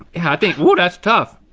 yeah i think, woo that's tough.